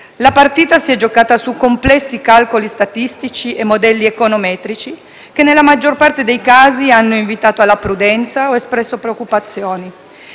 La partita si è giocata su complessi calcoli statistici e modelli econometrici che, nella maggior parte dei casi, hanno invitato alla prudenza o espresso preoccupazioni.